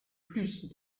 plus